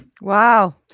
Wow